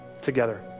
together